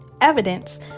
evidence